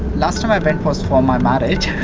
last time i went was for my marriage.